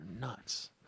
nuts